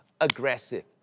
aggressive